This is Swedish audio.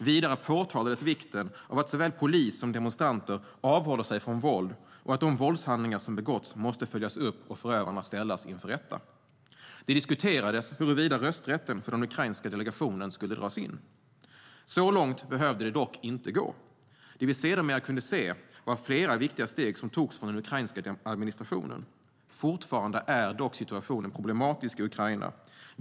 Vidare framhölls vikten av att såväl polis som demonstranter avhåller sig från våld och att de våldshandlingar som begåtts måste följas upp och förövarna ställas inför rätta. Det diskuterades huruvida rösträtten för den ukrainska delegationen skulle dras in. Så långt behövde det dock inte gå. Det vi sedermera kunde se var flera viktiga steg som togs från den ukrainska administrationen. Fortfarande är dock situationen problematisk i Ukraina.